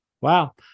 Wow